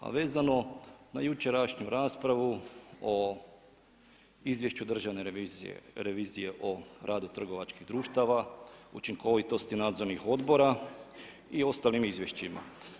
A vezano na jučerašnju raspravu o izvješću Državne revizije o radu trgovačkih društava, učinkovitosti nadzornih odbora i ostalim izvješćima.